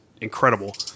incredible